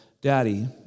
Daddy